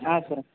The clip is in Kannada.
ಆಯ್ತ್ ಸರ